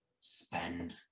spend